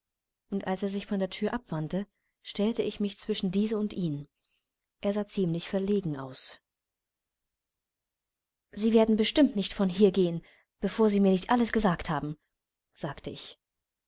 und als er sich von der thür abwandte stellte ich mich zwischen diese und ihn er sah ziemlich verlegen aus sie werden bestimmt nicht von hier gehen bevor sie mir nicht alles gesagt haben sagte ich